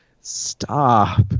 stop